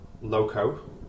Loco